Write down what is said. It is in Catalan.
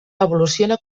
evoluciona